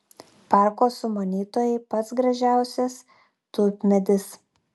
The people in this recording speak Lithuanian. parko sumanytojai pats gražiausias tulpmedis